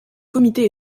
comité